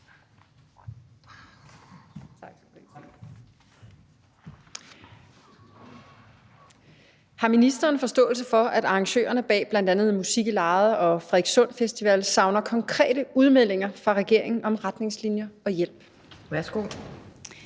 Har ministeren forståelse for, at arrangørerne bag bl.a. Musik i Lejet og Frederikssund Festival savner konkrete udmeldinger fra regeringen om retningslinjer og hjælp? Kl.